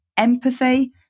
empathy